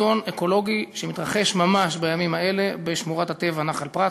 אסון אקולוגי שמתרחש ממש בימים האלה בשמורת הטבע נחל פרת,